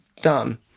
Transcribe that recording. done